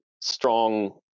strong